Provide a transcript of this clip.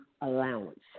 allowance